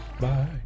Bye